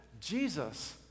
Jesus